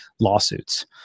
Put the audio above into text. lawsuits